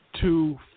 Two